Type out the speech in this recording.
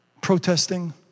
protesting